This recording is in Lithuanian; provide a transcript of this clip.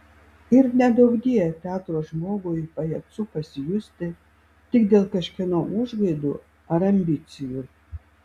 ir neduokdie teatro žmogui pajacu pasijusti tik dėl kažkieno užgaidų ar ambicijų